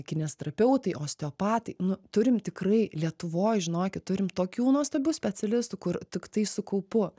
kineziterapeutai osteopatai nu turim tikrai lietuvoj žinokit turim tokių nuostabių specialistų kur tiktai su kaupu